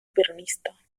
peronista